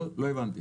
לא הבנתי.